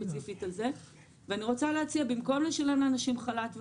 אני רוצה להציע, במקום לשלם לאנשים חל"ת ואבטלה,